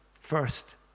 first